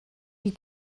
you